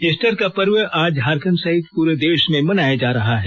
Easter का पर्व आज झारखंड सहित पूरे देश में मनाया जा रहा है